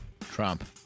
Trump